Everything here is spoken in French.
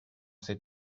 cet